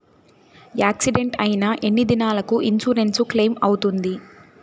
Accident అయిన ఎన్ని దినాలకు ఇన్సూరెన్సు క్లెయిమ్ అవుతుంది?